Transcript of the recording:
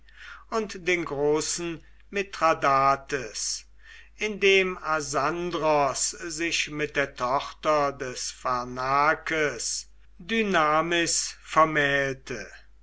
und den großen mithradates indem asandros sich mit der tochter des pharnakes dynamis vermählte